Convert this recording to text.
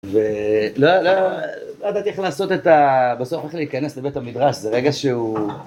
ולא, לא, לא ידעתי איך לעשות את ה.. בסוף איך להיכנס לבית המדרש זה רגע שהוא..